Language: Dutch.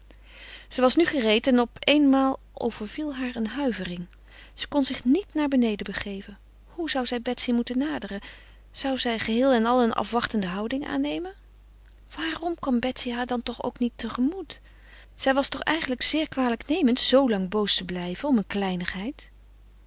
zij was nu gereed en op eenmaal overviel haar een huivering zij kon zich niet naar beneden begeven hoe zou zij betsy moeten naderen zou zij geheel en al een afwachtende houding aannemen waarom kwam betsy haar dan toch ook niet tegemoet zij was toch eigenlijk zeer kwalijknemend zoo lang boos te blijven om een kleinigheid